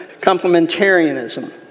complementarianism